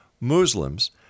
Muslims